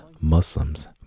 Muslims